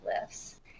lifts